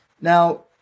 now